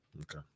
Okay